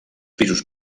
pisos